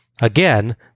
Again